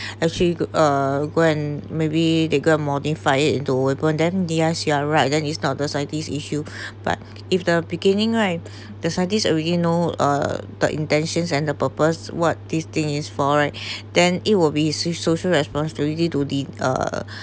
actually uh go and maybe the got modify it into weapon then they ask you are right then it's not the scientists issue but if the beginning right the scientists already uh the intentions and the purpose what this thing is for right then it will be s~ social responsibility to the uh